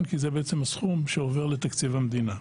כי זה הסכום שעובר לתקציב המדינה.